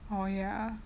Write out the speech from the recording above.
oh ya